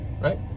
right